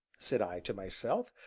said i to myself.